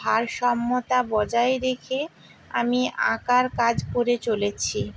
ভারসম্যতা বজায় রেখে আমি আঁকার কাজ করে চলেছি